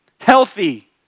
Healthy